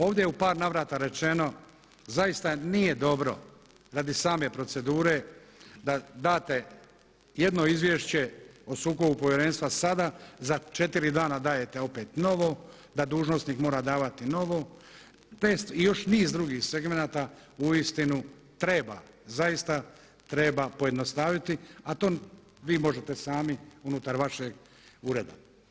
Ovdje je u par navrata rečeno zaista nije dobro radi same procedure da date jedno izvješće o sukobu povjerenstva sada za četiri dana dajete opet novo da dužnosnik mora davati novo i još niz drugih segmenata uistinu treba zaista treba pojednostaviti, a to vi možete sami unutar vašeg ureda.